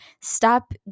stop